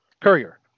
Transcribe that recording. Courier